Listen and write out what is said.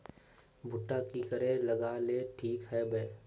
भुट्टा की करे लगा ले ठिक है बय?